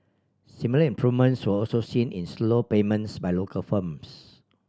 similar improvements were also seen in slow payments by local firms